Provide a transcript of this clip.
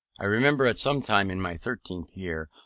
i remember at some time in my thirteenth year,